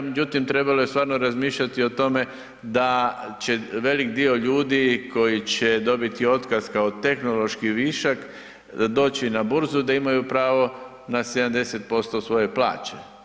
Međutim, trebalo je stvarno razmišljati o tome da će velik dio ljudi koji će dobiti otkaz kao tehnološki višak doći na burzu da imaju pravo na 70% svoje plaće.